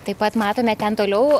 taip pat matome ten toliau